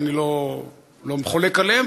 אני לא חולק עליהן,